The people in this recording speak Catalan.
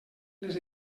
les